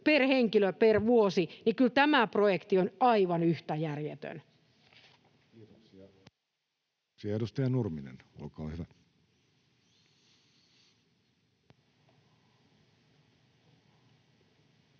per henkilö per vuosi, niin kyllä tämä projekti on aivan yhtä järjetön. [Speech